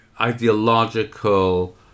ideological